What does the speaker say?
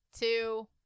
two